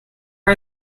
are